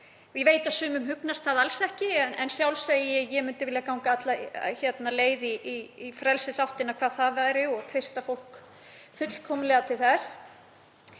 Ég veit að sumum hugnast það alls ekki en ég myndi vilja ganga alla leið í frelsisáttina hvað það varðar og treysti fólki fullkomlega til þess.